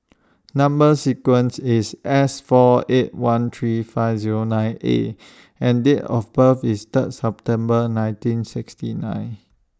Number sequence IS S four eight one three five Zero nine A and Date of birth IS Third September nineteen sixty nine